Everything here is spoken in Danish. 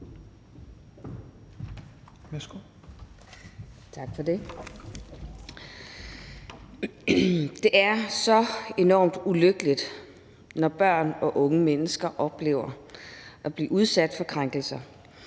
Det er så enormt ulykkeligt, når børn og unge mennesker oplever at blive udsat for krænkelser,